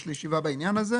יש לי ישיבה בעניין הזה.